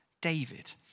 David